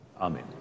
Amen